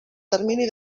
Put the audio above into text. termini